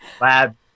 lab